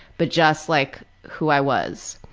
but just, like, who i was.